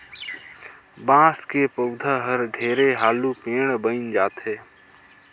बांस के पउधा हर ढेरे हालू पेड़ बइन जाथे